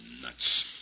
nuts